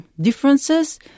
differences